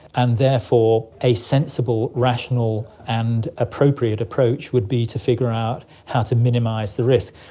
and therefore a sensible, rational and appropriate approach would be to figure out how to minimise the risk.